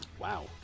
Wow